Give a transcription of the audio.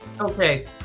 Okay